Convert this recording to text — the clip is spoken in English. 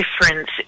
difference